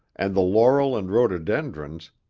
and the laurel and rhododendrons,